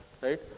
right